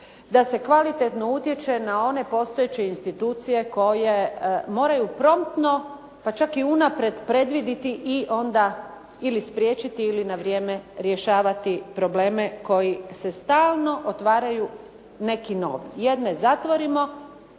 da se kvalitetno utječe na one postojeće institucije koje moraju promptno, pa čak i unaprijed predvidjeti i onda ili spriječiti ili na vrijeme rješavati probleme koji se stalno otvaraju neki novi. Jedne zatvorimo,